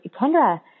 Kendra